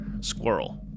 squirrel